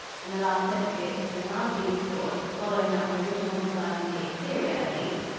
in the last century it has been largely restored, following out the original design of the exterior, at least,